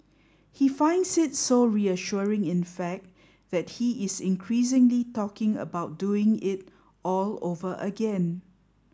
he finds it so reassuring in fact that he is increasingly talking about doing it all over again